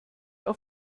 auf